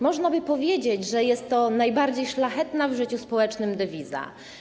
Można by powiedzieć, że jest to najbardziej szlachetna w życiu społecznym dewiza.